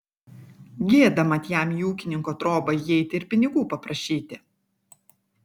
gėda mat jam į ūkininko trobą įeiti ir pinigų paprašyti